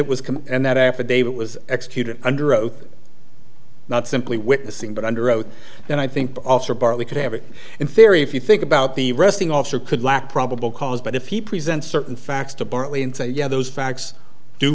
it was and that affidavit was executed under oath not simply witnessing but under oath and i think we could have it in theory if you think about the resting officer could lack probable cause but if he presents certain facts to bartley and say yeah those facts do